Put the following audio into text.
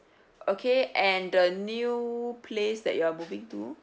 okay and the new place that you're moving to